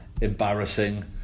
embarrassing